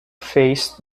faced